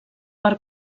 per